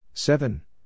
Seven